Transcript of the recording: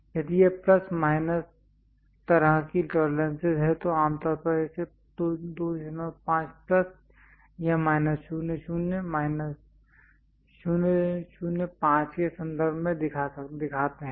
यदि यह plus minus तरह की टॉलरेंसेस है तो हम आमतौर पर इसे 25 प्लस या माइनस 00 माइनस 005 के संदर्भ में दिखाते हैं